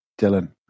Dylan